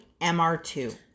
MR2